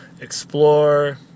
explore